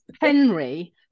Henry